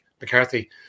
McCarthy